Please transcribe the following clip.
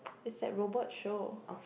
it's like robot show